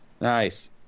nice